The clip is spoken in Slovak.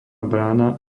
brána